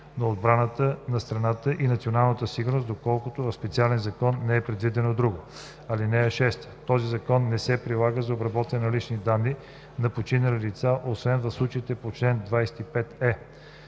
на отбраната на страната и националната сигурност, доколкото в специален закон не е предвидено друго. (6) Този закон не се прилага за обработването на лични данни на починали лица, освен в случаите по чл. 25е.